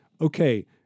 okay